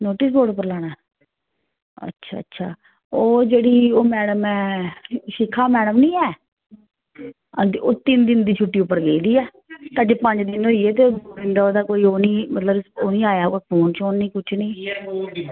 notice board उप्पर लाना अच्छा अच्छा ओह् जेह्ड़ी ओह् मैडम ऐ शिखा मैडम नी ऐ हां जी ओह् तिन दिन दी छुट्टी पर गेदी ऐ अज्ज पंज दिन होई गे ते ओह्दा कोई ओह् निं मतलब ओह् निं आया फोन शोन निं कुछ निं